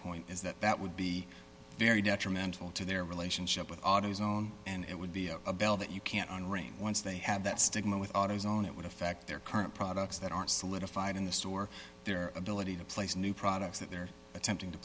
point is that that would be very detrimental to their relationship with autozone and it would be a bell that you can't on rain once they had that stigma with autozone it would affect their current products that are solidified in the store their ability to place new products that they're attempting to